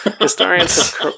Historians